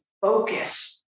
focus